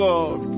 God